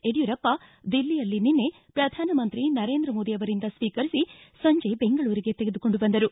ಯಡ್ಕೂರಪ್ಪ ದಿಲ್ಲಿಯಲ್ಲಿ ನಿನ್ನೆ ಪ್ರಧಾನಮಂತ್ರಿ ನರೇಂದ್ರ ಮೋದಿ ಅವರಿಂದ ಸ್ವೀಕರಿಸಿ ಸಂಜೆ ಬೆಂಗಳೂರಿಗೆ ತೆಗೆದುಕೊಂಡು ಬಂದರು